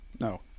No